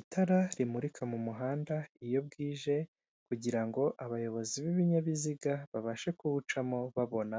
Itara rimurika mu muhanda iyo bwije kugirango abayobozi b'ibinyabiziga babashe kuwucamo babona